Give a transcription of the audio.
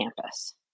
campus